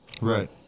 Right